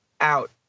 out